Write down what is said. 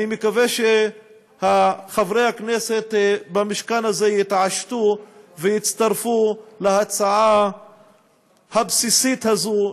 אני מקווה שחברי הכנסת במשכן הזה יתעשתו ויצטרפו להצעה הבסיסית הזאת,